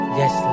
yes